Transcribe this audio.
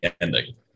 ending